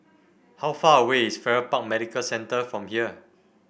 how far away is Farrer Park Medical Centre from here